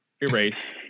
erase